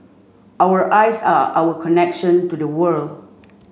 our eyes are our connection to the world